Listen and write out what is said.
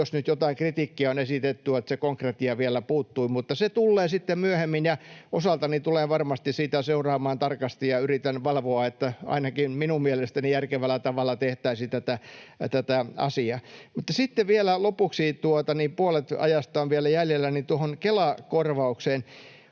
jos nyt jotain kritiikkiä on esitetty, että se konkretia vielä puuttui, mutta se tullee sitten myöhemmin, ja osaltani tulen varmasti sitä seuraamaan tarkasti ja yritän valvoa, että ainakin minun mielestäni järkevällä tavalla tehtäisiin tätä asiaa. Vielä lopuksi, kun puolet ajasta on vielä jäljellä, tuohon Kela-korvaukseen: